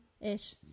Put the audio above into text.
ish